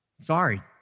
Sorry